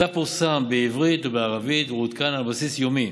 הדף פורסם בעברית וערבית ועודכן על בסיס יומי.